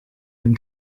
dem